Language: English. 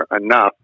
enough